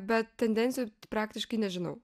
bet tendencijų praktiškai nežinau